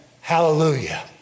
Hallelujah